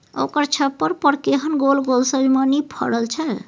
ओकर छप्पर पर केहन गोल गोल सजमनि फड़ल छै